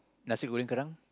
nasi-goreng Garang